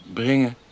brengen